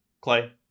Clay